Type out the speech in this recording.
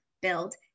build